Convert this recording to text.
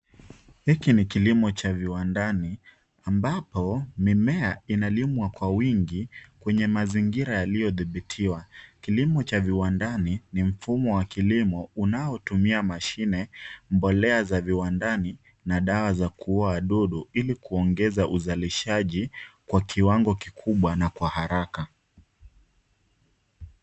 Hiki ni kilimo cha viwandani ambapo mimea inalimwa kwa wingi kwenye mazingira yaliyodhibitiwa. Kilimo cha viwandani ni mfumo wa kilimo unaotumia mashine, mbolea za viwandani na dawa za kuua wadudu ili kuongeza uzalishaji kwa kiwango kikubwa na kwa haraka.